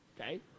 Okay